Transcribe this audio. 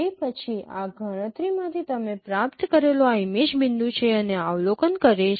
તે પછી આ ગણતરીમાંથી તમે પ્રાપ્ત કરેલો આ ઇમેજ બિંદુ છે અને આ અવલોકન કરેલ છે